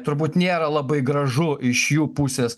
turbūt nėra labai gražu iš jų pusės